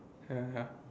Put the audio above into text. ya ya